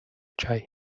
чай